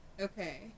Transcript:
Okay